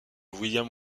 william